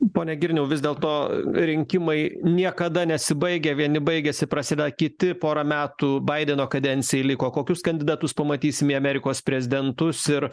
pone girniau vis dėlto rinkimai niekada nesibaigia vieni baigiasi prasideda kiti pora metų baideno kadencijai liko kokius kandidatus pamatysim į amerikos prezidentus ir